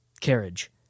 carriage